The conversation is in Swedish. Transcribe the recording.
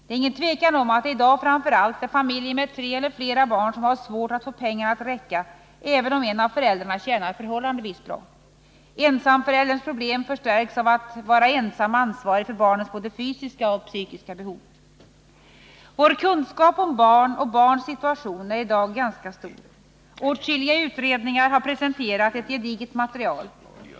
Det är inget tvivel om att det i dag framför allt är familjer med tre eller flera barn som har svårt att få pengarna att räcka till, även om en av föräldrarna tjänar förhållandevis bra. Ensamförälderns problem förstärks av att han eller hon är ensam ansvarig för barnets både psykiska och fysiska behov. Vår kunskap om barn och barns situation är i dag ganska stor. Åtskilliga utredningar har presenterat ett gediget material.